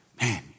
man